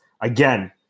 again